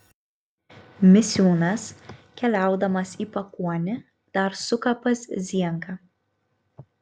misiūnas keliaudamas į pakuonį dar suka pas zienką